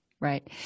right